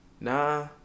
Nah